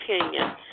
opinion